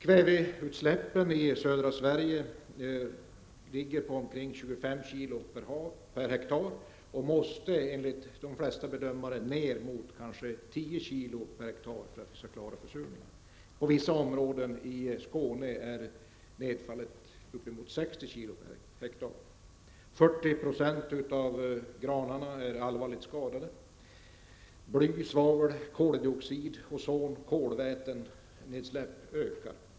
Kväveutsläppen i södra Sverige ligger på ungefär 25 kilo per hektar och måste enligt de flesta bedömarna minskas till 10 kilo per hektar för att vi skall klara försurningen. I vissa områden i Skåne är nedfallet upp till 60 kilo per hektar. 40 % av granarna är allvarligt skadade. Bly, svavel, koldioxid, ozon och kolväteutsläppen ökar.